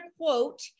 quote